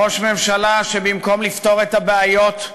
ראש ממשלה שבמקום לפתור את הבעיות,